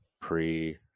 pre